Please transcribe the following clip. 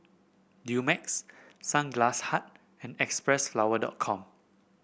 Dumex Sunglass Hut and X Press flower dot Com